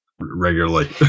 regularly